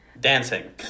Dancing